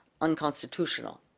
unconstitutional